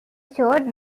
short